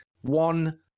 one